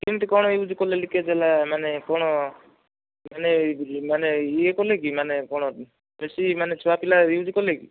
କେମିତି କ'ଣ ୟୁଜ କଲେ ଲିକେଜ ହେଲା ମାନେ କ'ଣ ମାନେ ମାନେ ଇଏ କଲେ କି ମାନେ କ'ଣ ବେଶୀ ମାନେ ଛୁଆ ପିଲା ୟୁଜ କଲେ କି